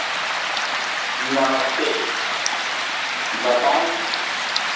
नमस्ते बताएँ